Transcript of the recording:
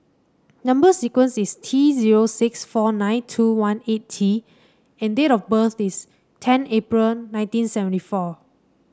number sequence is T zero six four nine two one eight T and date of birth is ten April nineteen seventy four